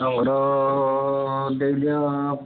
order ଦେଇଦିଅ